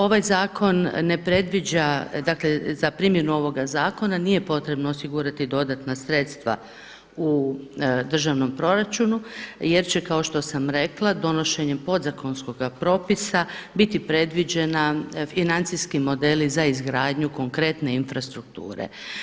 Ovaj zakon ne predviđa, dakle za primjenu ovoga zakona nije potrebno osigurati dodatna sredstva u državnom proračunu jer će kao što sam rekla donošenjem podzakonskoga propisa biti predviđeni financijski modeli za izgradnju konkretne infrastrukture.